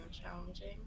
challenging